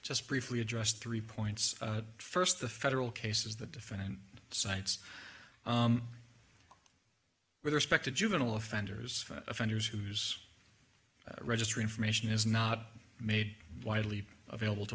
just briefly address three points first the federal case is the different sites with respect to juvenile offenders offenders whose registry information is not made widely available to